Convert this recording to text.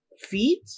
feet